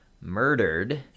murdered